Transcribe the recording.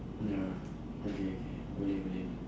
ya okay K boleh boleh